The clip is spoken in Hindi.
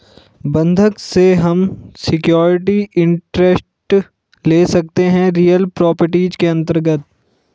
बंधक से हम सिक्योरिटी इंटरेस्ट ले सकते है रियल प्रॉपर्टीज के अंतर्गत